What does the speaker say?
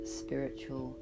spiritual